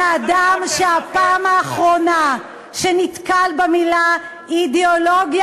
מאדם שהפעם האחרונה שנתקל במילה אידיאולוגיה